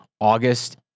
August